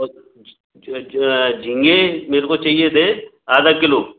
और झींगे मेरे को चाहिए थे आधा किलो